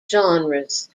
genres